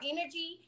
energy